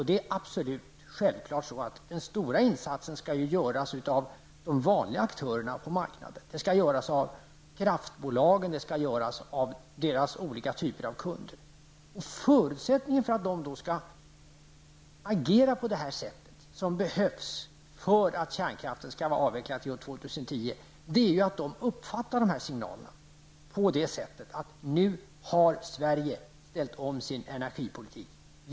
Det är absolut självklart att den stora insatsen skall göras av de vanliga aktörerna på marknaden. De skall göras av kraftbolagen och deras kunder av olika typer. Förutsättningen för att de skall agera på det sätt som behövs om kärnkraften skall vara avvecklad till år 2010 är att de uppfattar signalerna så att nu har Sverige ställt om sin energipolitik.